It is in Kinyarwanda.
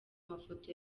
mafoto